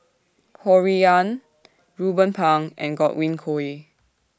Ho Rui An Ruben Pang and Godwin Koay